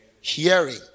hearing